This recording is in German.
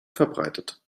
verbreitet